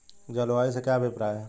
जलवायु से क्या अभिप्राय है?